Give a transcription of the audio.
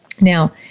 Now